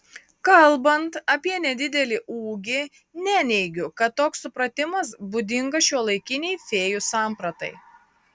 kalbant apie nedidelį ūgį neneigiu kad toks supratimas būdingas šiuolaikinei fėjų sampratai